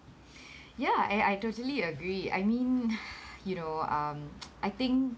ya and I totally agree I mean you know um I think